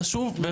חשוב.